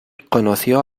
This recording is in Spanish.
conoció